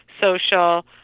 social